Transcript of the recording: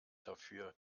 dafür